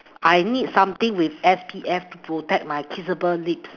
I need something with S_P_F to protect my kissable lips